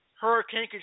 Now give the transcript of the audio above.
Hurricane